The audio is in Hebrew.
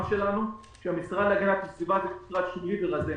שלנו שהמשרד להגנת הסביבה זה משרד שולי ורזה.